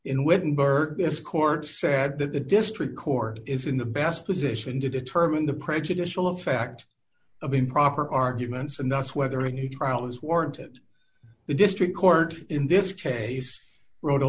in wittenberg this court said that the district court is in the best position to determine the prejudicial effect of improper arguments and that's whether any trial is warranted the district court in this case wrote a